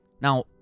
now